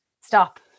stop